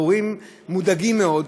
ההורים מודאגים מאוד.